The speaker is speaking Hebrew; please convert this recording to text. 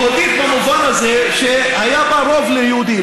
יהודית במובן הזה שהיה בה רוב ליהודים,